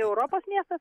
europos miestas